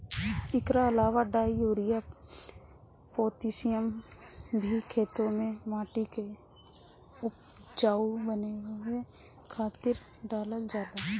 एकरा अलावा डाई, यूरिया, पोतेशियम भी खेते में माटी के उपजाऊ बनावे खातिर डालल जाला